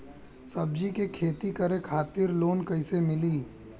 सब्जी के खेती करे खातिर लोन कइसे मिली?